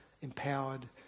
empowered